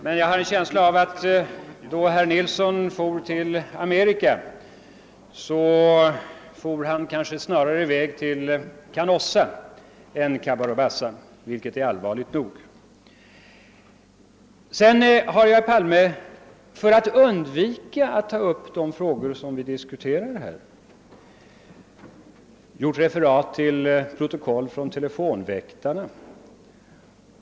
Men jag har en känsla av att då herr Nilsson for till Amerika, så for han snarare till Canossa än till Cabora Bassa, vilket är allvarligt nog. Sedan har herr Palme, för att undvika att ta upp de frågor som vi diskuterar här, gjort referat ur protokoll från telefonväktarprogrammet med mig.